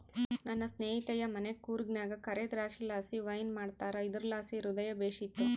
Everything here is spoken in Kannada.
ನನ್ನ ಸ್ನೇಹಿತೆಯ ಮನೆ ಕೂರ್ಗ್ನಾಗ ಕರೇ ದ್ರಾಕ್ಷಿಲಾಸಿ ವೈನ್ ಮಾಡ್ತಾರ ಇದುರ್ಲಾಸಿ ಹೃದಯ ಬೇಶಿತ್ತು